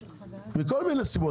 מכל מיני סיבות,